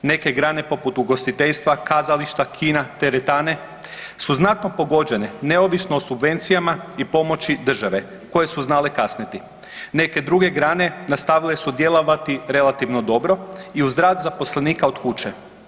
Neke grane poput ugostiteljstva, kazališta, kina, teretane su znatno pogođene neovisno o subvencijama i pomoći države koje su znale kasniti, neke druge grane nastavile su djelovati relativno dobro i uz rad zaposlenika od kuće.